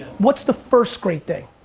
what's the first great thing?